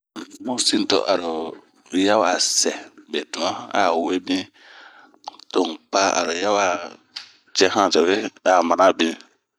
Mun sin aro yawa sɛɛh betuan a we binh, to un paa aro yawa cɛ hansawe a mana bin.